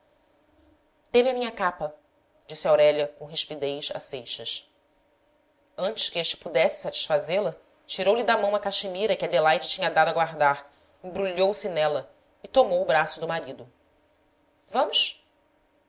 dê-me a minha capa disse aurélia com rispidez a seixas antes que este pudesse satisfazê-la tirou-lhe da mão a caxemira que adelaide tinha dado a guardar embrulhou-se nela e tomou o braço do marido vamos